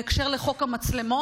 בהקשר של חוק המצלמות.